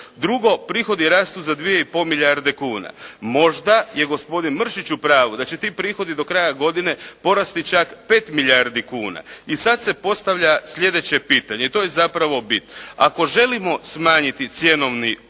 Drugo, prihodi rastu za 2,5 milijarde kuna. Možda je gospodin Mršić u pravu da će ti prihodi do kraja godine porasti čak 5 milijardi kuna i sad se postavlja sljedeće pitanje i to je zapravo bit. Ako želimo smanjiti cjenovni udar,